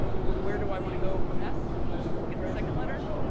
from where do i want to go from s to get the second letter?